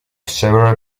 several